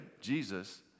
Jesus